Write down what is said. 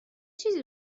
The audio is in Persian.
چیزی